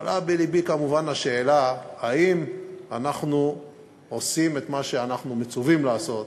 עולה בלבי כמובן השאלה: האם אנחנו עושים את מה שאנחנו מצווים לעשות,